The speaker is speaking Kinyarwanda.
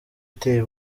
iteye